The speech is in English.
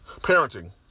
parenting